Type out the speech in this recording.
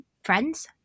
friends